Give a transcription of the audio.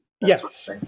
yes